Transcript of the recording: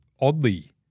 oddly